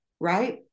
right